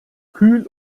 kühl